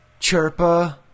Chirpa